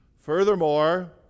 Furthermore